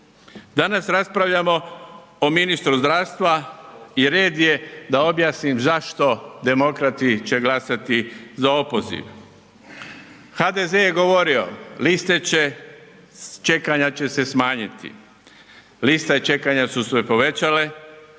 Danas raspravljamo o ministru zdravstva i red je zašto Demokrati će glasati za opoziv. HDZ je govorio liste čekanja će se smanjiti, liste čekanja su se povećale,